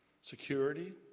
Security